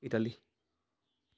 Italy